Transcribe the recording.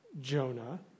Jonah